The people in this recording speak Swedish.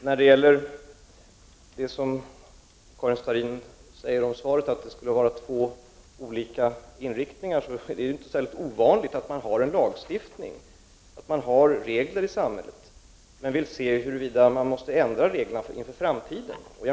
Herr talman! Karin Starrin säger beträffande svaret att det rör sig om två olika inriktningar. Det är dock inte särskilt ovanligt att man har en lagstiftning och regler i samhället, men vill se huruvida man måste ändra reglerna inför framtiden.